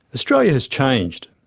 australia has changed.